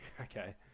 Okay